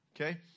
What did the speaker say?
okay